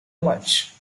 much